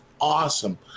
awesome